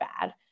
bad